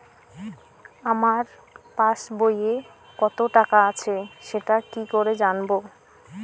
আমার পাসবইয়ে কত টাকা আছে সেটা কি করে জানবো?